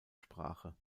sprache